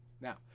Now